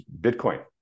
Bitcoin